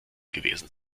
gewesen